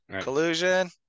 Collusion